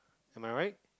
am I right